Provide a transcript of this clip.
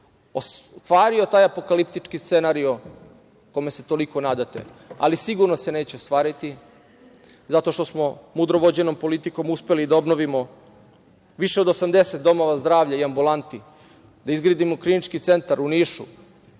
ostvario taj apokaliptički scenario kome se toliko nadate. Sigurno se neće ostvariti, zato što smo mudro vođenom politikom uspeli da obnovimo više od 80 domova zdravlja i ambulanti, da izgradimo Klinički centar u Nišu,